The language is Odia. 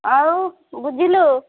ଆଉ ବୁଝିଲୁ